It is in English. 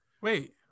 Wait